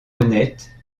honnête